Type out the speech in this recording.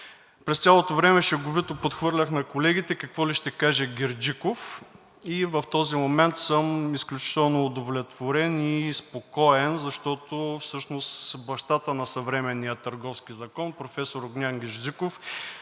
През цялото време шеговито подхвърлях на колегите, какво ли ще каже Герджиков. В този момент съм изключително удовлетворен и спокоен, защото бащата на съвременния Търговски закон професор Огнян Герджиков